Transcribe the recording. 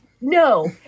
No